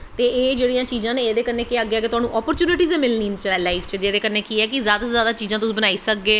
ते एह् जेह्ड़ियां चीज़ां न इंदे कन्नैं अग्गैं अग्गैं अपर्चूनटिस मिलनियां न लाईफ च जेह्दे कन्नैं केह् ऐ कि जादा सा जादा चीज़ां तुस बनाई सकगे